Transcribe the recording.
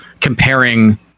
comparing